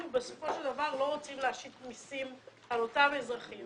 בסופו של דבר לא רוצים להשית מסים על אותם אזרחים